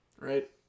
Right